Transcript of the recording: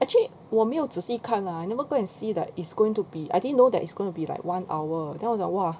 actually 我没有仔细看 lah never go and see like it's going to be I didn't know that it's going be like one hour then 我就讲 !wah!